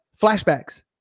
flashbacks